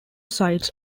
sides